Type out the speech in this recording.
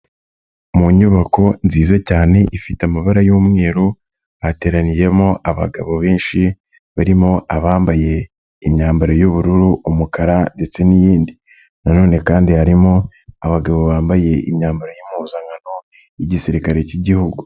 Mu nyubako nziza cyane ifite amabara y'umweru hateraniyemo abagabo benshi barimo abambaye imyambaro y'ubururu, umukara ndetse n'iyindi nanone kandi harimo abagabo bambaye imyambaro y'impuzankano y'Igisirikare k'Igihugu.